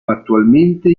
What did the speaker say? attualmente